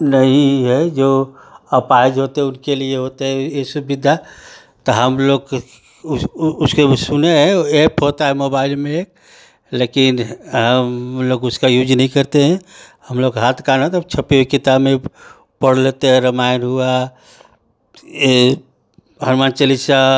नहीं है जो अपाहिज होते उनके लिए होते हे ए सुविधा तो हम लोग के उसके भी सुने हैं वो एप होता है मोबाइल में लेकिन हम लोग उसका यूज नहीं करते हैं हम लोग का हाथ कान है तो हम छपी हुई किताब में पढ़ लेते हैं रमायन हुआ ए हनुमान चालीसा